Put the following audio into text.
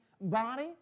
body